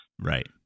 Right